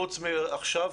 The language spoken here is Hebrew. חוץ מעכשיו,